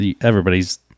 everybody's